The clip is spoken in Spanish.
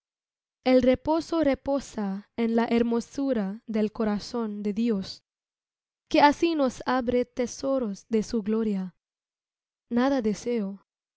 el reposo reposa en la hermosura del corazón de dios que así nos abre tesoros de su gloria nada deseo mi